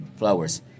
flowers